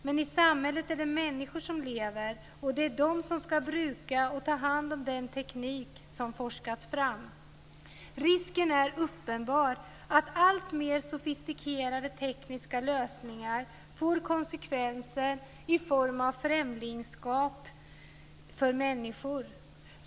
Men i samhället är det människor som lever, och det är de som ska bruka och ta hand om den teknik som forskats fram. Risken är uppenbar att alltmer sofistikerade tekniska lösningar får konsekvenser i form av främlingskap för människor.